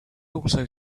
also